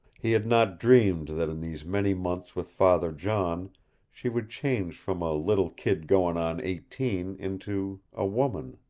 he had not dreamed that in these many months with father john she would change from a little kid goin' on eighteen into a woman.